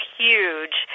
huge